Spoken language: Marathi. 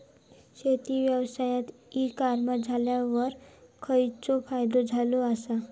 शेती व्यवसायात ई कॉमर्स इल्यावर खयचो फायदो झालो आसा?